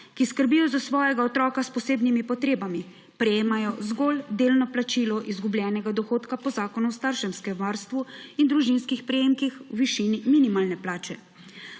ki skrbijo za svojega otroka s posebnimi potrebami, prejemajo zgolj delno plačilo izgubljenega dohodka po Zakonu o starševskem varstvu in družinskih prejemkih v višini minimalne plače.